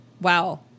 Wow